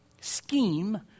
scheme